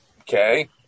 Okay